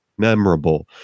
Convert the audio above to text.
memorable